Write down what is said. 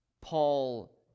Paul